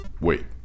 Wait